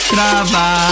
Trava